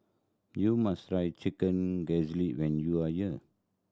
you must try chicken when you are here